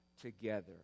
together